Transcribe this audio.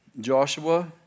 Joshua